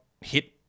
hit